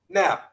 now